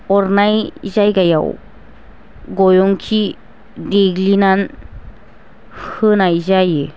अरनाय जायगायाव गयंखि देग्लिनानै होनाय जायो